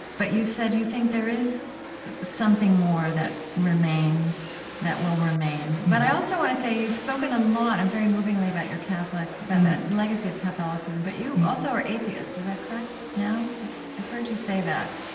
but you said you think there is something more that remains that will remain. but i also want to say, you've spoken a lot and very movingly about your catholic about that legacy of catholicism. but you also are atheist, is that correct? now? i've heard you say that